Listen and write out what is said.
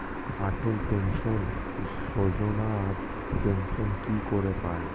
অটল pension Yojana pension কি করে পায়?